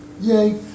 Yay